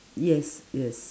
yes yes